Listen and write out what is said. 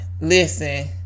listen